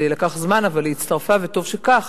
זה לקח זמן, אבל היא הצטרפה, וטוב שכך.